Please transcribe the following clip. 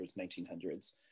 1900s